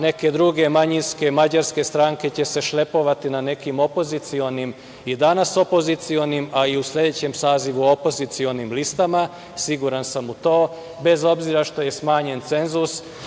neke druge manjinske mađarske stranke će se šlepovati na nekim opozicionim, i danas opozicionim, a i u sledećem sazivu, opozicionim listama i siguran sam u to, bez obzira što je smanjen cenzus.